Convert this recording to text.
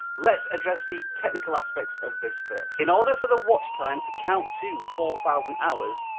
let's address the technical aspects of this first. in order for the watch time to count to four thousand hours,